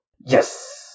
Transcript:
yes